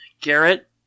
Garrett